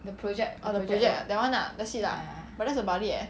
the project that [one] lah that's it lah but that's about it eh